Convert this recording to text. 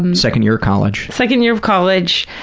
um second year of college. second year of college.